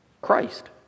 Christ